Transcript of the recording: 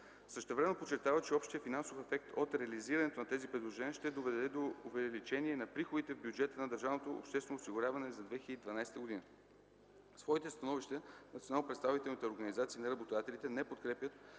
Същевременно подчертава, че общият финансов ефект от реализирането на тези предложения ще доведе до увеличение на приходите в бюджета на държавното обществено осигуряване за 2012 г. В своите становища национално представените организации на работодателите не подкрепят